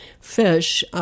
fish –